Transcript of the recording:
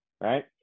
right